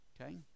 Okay